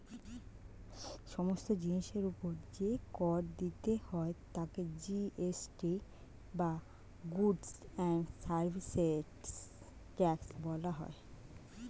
সমস্ত জিনিসের উপর যে কর দিতে হয় তাকে জি.এস.টি বা গুডস্ অ্যান্ড সার্ভিসেস ট্যাক্স বলা হয়